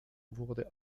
wurde